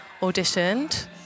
auditioned